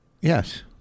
Yes